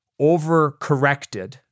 overcorrected